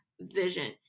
vision